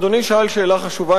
אדוני שאל שאלה חשובה,